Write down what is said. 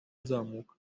nzamuka